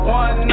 one